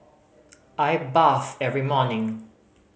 I bathe every morning